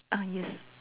ah yes